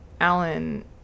Alan